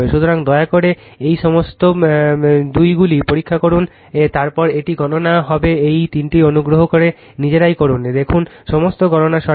সুতরাং দয়া করে এই সমস্ত 2গুলি পরীক্ষা করুন তারপর এটি গণনা হবে এই তিনটি অনুগ্রহ করে নিজেরাই করুন দেখুন সমস্ত গণনা সঠিক